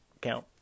count